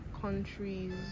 countries